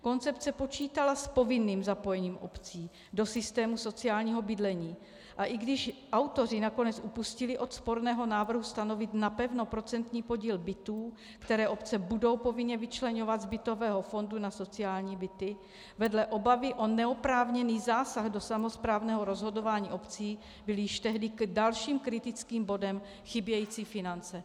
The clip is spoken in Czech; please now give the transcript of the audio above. Koncepce počítala s povinným zapojením obcí do systému sociálního bydlení, a i když autoři nakonec upustili od sporného návrhu stanovit napevno procentní podíl bytů, které obce budou povinně vyčleňovat z bytového fondu na sociální byty, vedle obavy o neoprávněný zásah do samosprávného rozhodování obcí byly již tehdy dalším kritickým bodem chybějící finance.